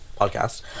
Podcast